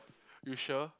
you sure